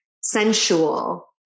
sensual